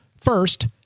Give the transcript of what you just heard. first